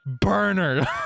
Burner